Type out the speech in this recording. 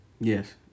Yes